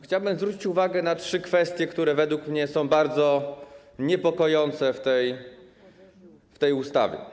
Chciałbym zwrócić uwagę na trzy kwestie, które według mnie są bardzo niepokojące w tej ustawie.